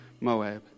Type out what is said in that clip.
Moab